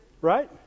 Right